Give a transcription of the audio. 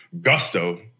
gusto